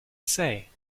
say